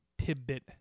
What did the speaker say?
tidbit